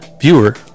viewer